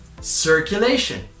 circulation